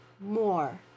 more